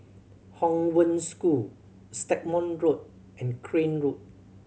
Hong Wen School Stagmont Road and Crane Road